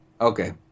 Okay